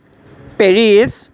Paris